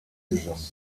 gesunken